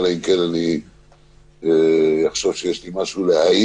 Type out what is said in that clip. אלא אם כן אני אחשוב שיש לי משהו להאיר.